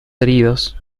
heridos